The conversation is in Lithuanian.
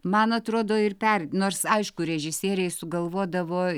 man atrodo ir per nors aišku režisieriai sugalvodavo